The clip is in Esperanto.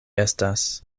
estas